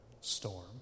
storm